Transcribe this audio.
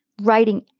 writing